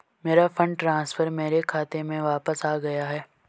मेरा fund transfer मेरे खाते में वापस आ गया है